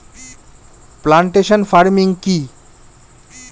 Plantation farming কি?